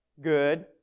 Good